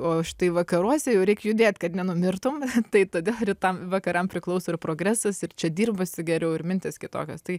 o štai vakaruose jau reik judėt kad nenumirtum tai todėl rytam vakaram priklauso ir progresas ir čia dirbasi geriau ir mintys kitokios tai